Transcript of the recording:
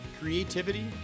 creativity